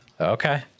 okay